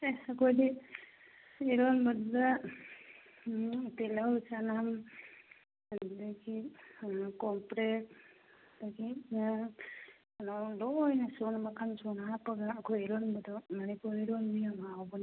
ꯑꯦꯁ ꯑꯩꯈꯣꯏꯗꯤ ꯏꯔꯣꯟꯕꯗꯨꯗ ꯎꯝ ꯇꯤꯜꯍꯧ ꯆꯅꯝ ꯑꯗꯨꯗꯒꯤ ꯀꯣꯝꯄ꯭ꯔꯦꯛ ꯑꯗꯒꯤ ꯀꯩꯅꯣ ꯂꯣꯏꯅ ꯁꯨꯅ ꯃꯈꯜ ꯁꯨꯅ ꯍꯥꯞꯂꯒ ꯑꯩꯈꯣꯏ ꯏꯔꯣꯟꯕꯗꯨ ꯃꯅꯤꯄꯨꯔ ꯏꯔꯣꯟꯕ ꯌꯥꯝ ꯍꯥꯎꯕꯅꯤ